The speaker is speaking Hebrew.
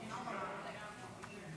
כבוד היושב-ראש,